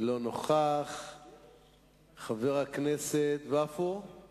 לכן לא במקרה היום בצהריים הוא הפריח מין הצהרה